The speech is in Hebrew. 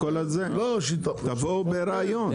תבואו ברעיון.